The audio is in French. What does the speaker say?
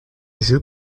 jeu